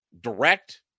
direct